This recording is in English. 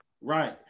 Right